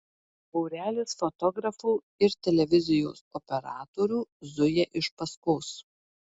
būrelis fotografų ir televizijos operatorių zuja iš paskos